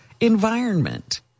environment